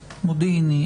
מודיעיני,